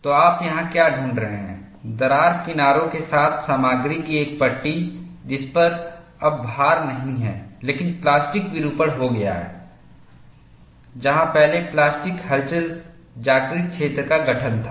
तो आप यहाँ क्या ढूँढ रहे हैं दरार किनारों के साथ सामग्री की एक पट्टी जिस पर अब भार नहीं है लेकिन प्लास्टिक विरूपण हो गया है जहां पहले प्लास्टिक हलचल जागृत क्षेत्र का गठन था